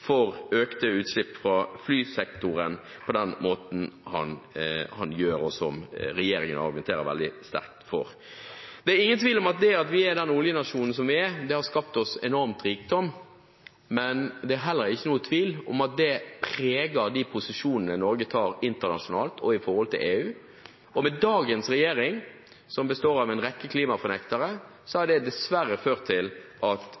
for økte utslipp fra flysektoren på den måten den gjør, og som regjeringen argumenterer veldig sterkt for. Det er ingen tvil om at det at vi er den oljenasjonen som vi er, har gitt oss enorm rikdom. Men det er heller ikke noen tvil om at det preger de posisjonene Norge tar internasjonalt og opp mot EU. Med dagens regjering, som består av en rekke klimafornektere, har det dessverre ført til at